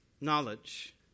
knowledge